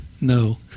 No